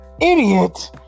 idiot